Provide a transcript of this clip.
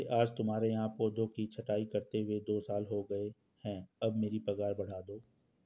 मुझे आज तुम्हारे यहाँ पौधों की छंटाई करते हुए दो साल हो गए है अब मेरी पगार बढ़ा दो